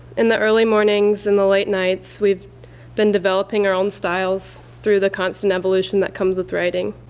in the early mornings and the late nights, we've been developing our own styles through the constant evolution that comes with writing.